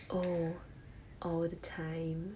oh all the time